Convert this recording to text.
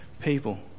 people